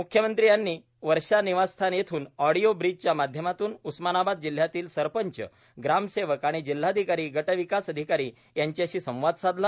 म्ख्यमंत्री यांनी वर्षा निवासस्थान येथून ऑडिओ ब्रिजच्या माध्यमातून उस्मानाबाद जिल्ह्यातील सरपंच ग्रामसेवक आणि जिल्हाधिकारी गट विकास अधिकारी यांच्याशी संवाद साधला